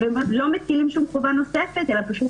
ולא מטילים שום חובה נוספת אלא פשוט